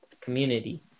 community